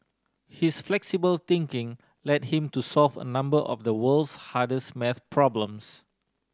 his flexible thinking led him to solve a number of the world's hardest maths problems